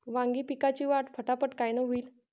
वांगी पिकाची वाढ फटाफट कायनं होईल?